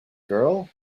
girl